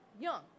young